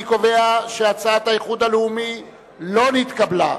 אני קובע כי ההצעה של האיחוד הלאומי לא התקבלה.